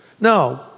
No